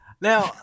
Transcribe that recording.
Now